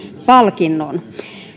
palkinnon